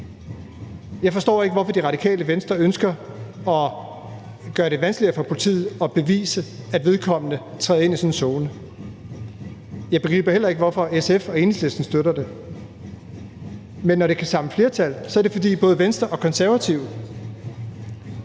Jeg forstår ikke, hvorfor Radikale Venstre ønsker at gøre det vanskeligere for politiet at bevise, at vedkommende træder ind i sådan en zone. Jeg begriber heller ikke, hvorfor SF og Enhedslisten støtter det. Men når det kan samle flertal, er det, fordi både Venstre og Konservative